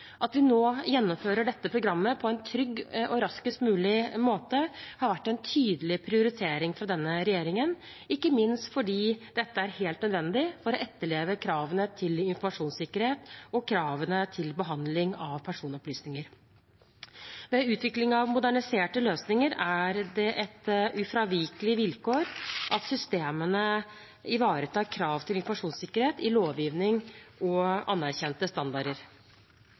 At vi nå gjennomfører dette programmet på en trygg og raskest mulig måte, har vært en tydelig prioritering fra denne regjeringen, ikke minst fordi dette er helt nødvendig for å etterleve kravene til informasjonssikkerhet og kravene til behandling av personopplysninger. Ved utvikling av moderniserte løsninger er det et ufravikelig vilkår at systemene ivaretar krav til informasjonssikkerhet i lovgivning og anerkjente standarder.